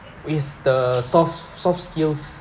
is the soft soft skills